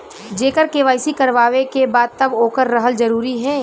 जेकर के.वाइ.सी करवाएं के बा तब ओकर रहल जरूरी हे?